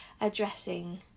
addressing